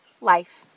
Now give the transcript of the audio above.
life